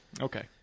Okay